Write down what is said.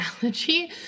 analogy